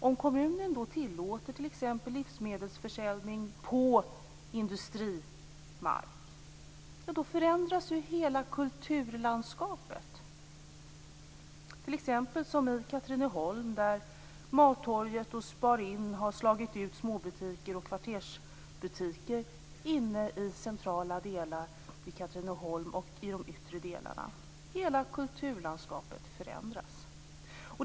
Om kommunen tillåter t.ex. livsmedelsförsäljning på industrimark förändras hela kulturlandskapet, t.ex. som i Katrineholm där Mattorget och Spar Inn har slagit ut småbutiker och kvartersbutiker i centrala delar av staden och i de yttre delarna. Hela kulturlandskapet förändras därmed.